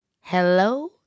Hello